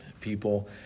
people